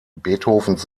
beethovens